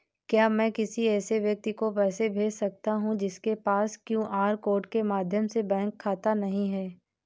क्या मैं किसी ऐसे व्यक्ति को पैसे भेज सकता हूँ जिसके पास क्यू.आर कोड के माध्यम से बैंक खाता नहीं है?